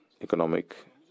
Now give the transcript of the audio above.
economic